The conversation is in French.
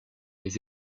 les